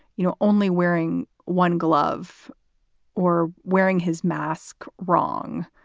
you know, only wearing one glove or wearing his mask wrong.